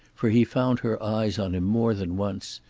for he found her eyes on him more than once,